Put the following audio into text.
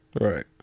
Right